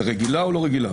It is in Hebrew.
זה רגיל או לא רגיל?